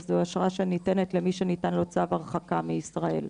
זאת אשרה שניתנת למי שניתן לו צו הרחקה מישראל.